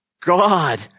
God